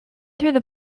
through